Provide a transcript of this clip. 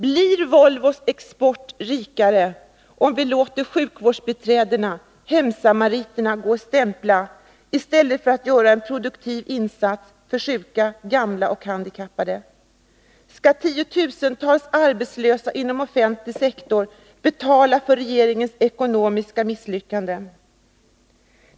Blir Volvos export framgångsrikare, om vi låter sjukvårdsbiträden och hemsamariter gå och stämpla i stället för att göra en produktiv insats för sjuka, gamla och handikappade? Skall tiotusentals arbetslösa inom den offentliga sektorn betala för regeringens ekonomiska misslyckanden?